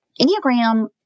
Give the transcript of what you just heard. Enneagram